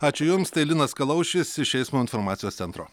ačiū jums tai linas kalaušis iš eismo informacijos centro